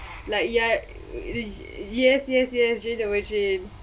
like ya y~ yes yes yes jane the virgin